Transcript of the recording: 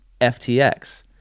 FTX